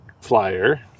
flyer